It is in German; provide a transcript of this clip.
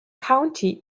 county